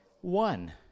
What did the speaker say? One